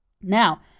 Now